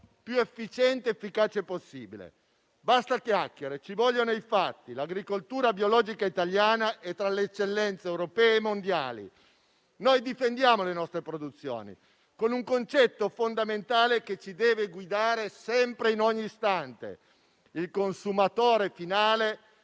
più efficiente ed efficace possibile. Basta chiacchiere, ci vogliono i fatti. L'agricoltura biologica italiana è tra le eccellenze europee e mondiali. Difendiamo le nostre produzioni con un concetto fondamentale che ci deve guidare sempre, in ogni istante: il consumatore finale